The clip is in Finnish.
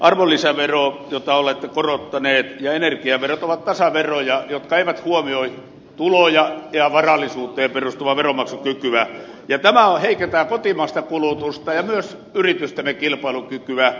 arvonlisävero jota olette korottaneet ja energiaverot ovat tasaveroja jotka eivät huomioi tuloja ja varallisuuteen perustuvaa veronmaksukykyä ja tämä heikentää kotimaista kulutusta ja myös yritystemme kilpailukykyä